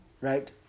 right